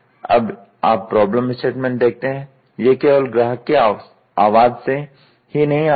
अब आप problem statement देखते हैं यह केवल ग्राहक की आवाज से ही नहीं आता है